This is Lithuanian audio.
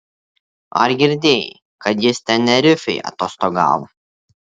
ar girdėjai kad jis tenerifėj atostogavo